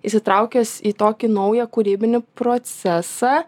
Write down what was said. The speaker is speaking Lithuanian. įsitraukęs į tokį naują kūrybinį procesą